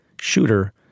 shooter